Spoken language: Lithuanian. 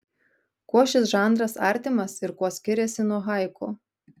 kuo šis žanras artimas ir kuo skiriasi nuo haiku